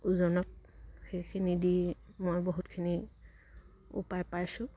ওজনত সেইখিনি দি মই বহুতখিনি উপায় পাইছোঁ